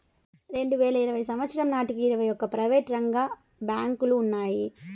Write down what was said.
రెండువేల ఇరవై సంవచ్చరం నాటికి ఇరవై ఒక్క ప్రైవేటు రంగ బ్యాంకులు ఉన్నాయి